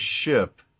ship